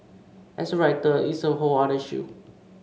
as a writer it's a whole other issue